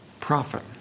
profit